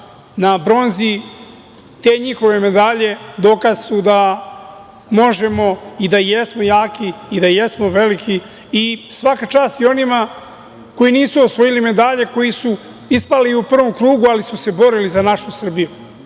na bronzi. Te njihove medalje dokaz su da možemo i da jesmo jaki i da jesmo veliki. Svaka čast i onima koji nisu osvojili medalje, koji su ispali u prvom krugu, ali su se borili za našu Srbiju